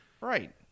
Right